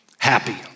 Happy